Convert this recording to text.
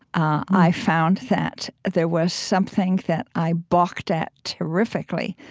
i found that there was something that i balked at terrifically,